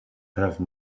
have